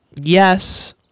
yes